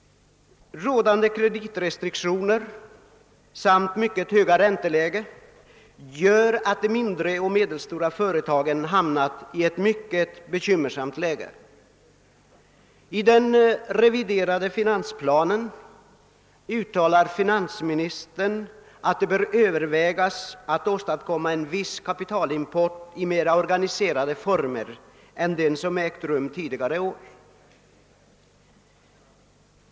Rådande kreditrestriktioner samt det mycket höga ränteläget gör att de mindre och medelstora företagen har hamnat i ett mycket bekymmersamt läge. I den reviderade finansplanen uttalar finansministern att det bör övervägas att åstadkomma en viss kapitalimport i mer organiserade former än den som har ägt rum tidigare i år.